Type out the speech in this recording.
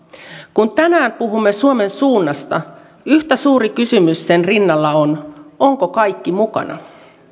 kun tänään puhumme suomen suunnasta yhtä suuri kysymys sen rinnalla on ovatko kaikki mukana